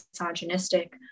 misogynistic